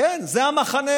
כן, זה המחנה